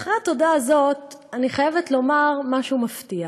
אחרי התודה הזאת אני חייבת לומר משהו מפתיע.